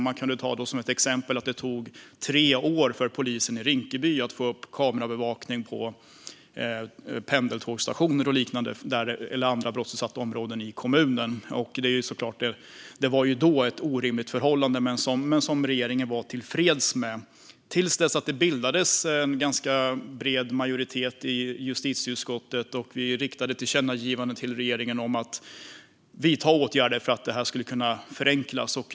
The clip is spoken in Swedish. Som exempel kan nämnas att det tog tre år för polisen i Rinkeby att få upp kamerabevakning på pendeltågsstationer och andra brottsutsatta områden i kommunen. Det var såklart ett orimligt förhållande men ändå något som regeringen då var tillfreds med, tills det bildades en ganska bred majoritet i justitieutskottet som riktade tillkännagivanden till regeringen om att vidta åtgärder för att detta skulle kunna förenklas.